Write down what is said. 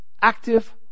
active